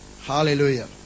Hallelujah